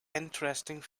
interesting